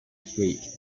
street